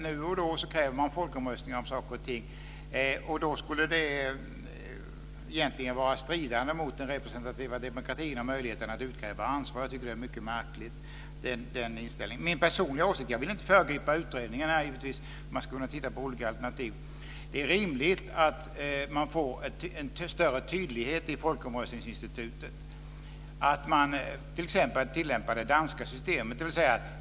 Nu och då kräver man folkomröstningar om saker och ting, och det skulle då egentligen vara stridande mot den representativa demokratin och möjligheten att utkräva ansvar. Jag tycker att den inställningen är mycket märklig. Det är min personliga åsikt. Jag vill givetvis inte föregripa utredningen. Man ska kunna titta på olika alternativ. Det är rimligt att man får en större tydlighet i folkomröstningsinstitutet. Man kan t.ex. tillämpa det danska systemet.